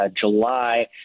July